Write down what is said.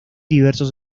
diversos